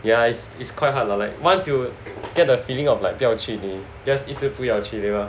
ya it's quite hard lah like once you get the feeling of like 不要去你 just 一直不要去对 lah